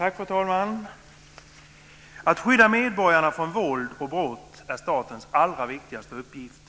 Fru talman! Att skydda medborgarna från våld och brott är statens allra viktigaste uppgift.